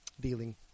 dealing